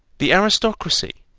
the aristocracy,